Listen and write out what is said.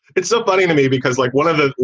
it's so funny to me because like one of the.